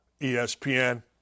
ESPN